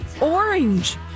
Orange